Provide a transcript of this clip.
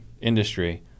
industry